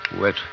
Wet